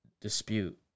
dispute